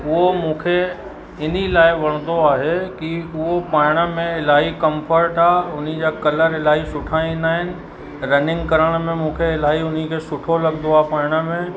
उहो मूंखे इन लाइ वणंदो आहे की उहो पाइण में इलाही कंफ़र्ट आहे उन जा कलर इलाही सुठा ईंदा आहिनि रनिंग करण में मूंखे इलाही उनके सुठो लॻदो आहे पायण में